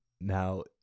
now